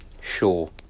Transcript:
Sure